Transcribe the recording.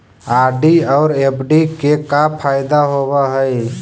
RD और FD के का फायदा होव हई?